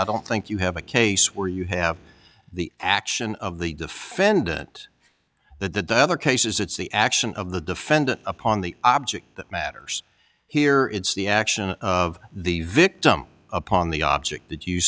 i don't think you have a case where you have the action of the defendant the other cases it's the action of the defendant upon the object that matters here it's the action of the victim upon the object